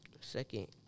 Second